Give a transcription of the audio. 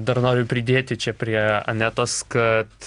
dar noriu pridėti čia prie anetos kad